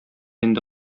инде